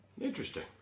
Interesting